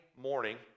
morning